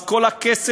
אז כל הכסף,